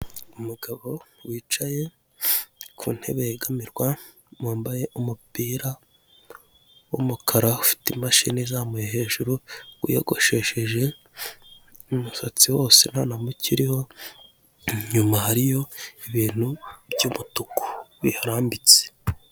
Umugabo wicaye ku ntebe yegamirwa wambaye umupira w'umukara ufite imashini izamuye hejuru wiyogoshesheje umusatsi wose ntanamuke uriho inyuma hari ibintu by'umutuku birahambitse.